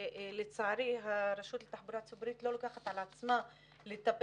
לצערי הרשות לתחבורה ציבורית לא לוקחת על עצמה לטפל